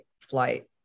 flight